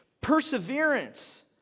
perseverance